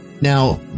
Now